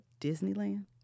Disneyland